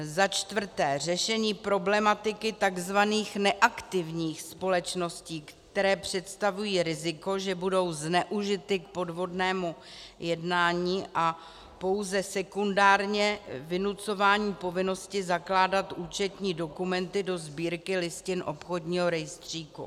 Začtvrté řešení problematiky takzvaných neaktivních společností, které představují riziko, že budou zneužity k podvodnému jednání, a pouze sekundárně vynucování povinnosti zakládat účetní dokumenty do Sbírky listin obchodního rejstříku.